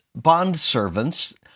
bondservants